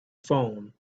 phone